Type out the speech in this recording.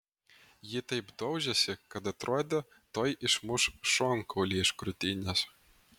ji taip daužėsi kad atrodė tuoj išmuš šonkaulį iš krūtinės